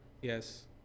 Yes